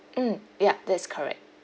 mm yup that's correct